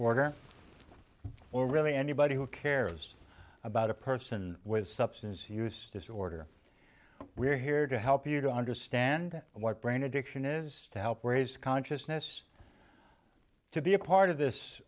disorder or really anybody who cares about a person with substance use disorder we're here to help you to understand what brain addiction is to help raise consciousness to be a part of